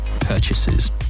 purchases